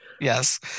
Yes